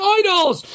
idols